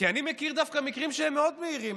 אני דווקא מכיר מקרים מאוד מהירים.